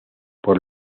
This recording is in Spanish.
por